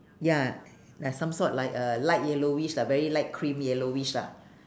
ya ya some sort like a light yellowish lah very light cream yellowish lah